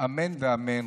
אמן ואמן.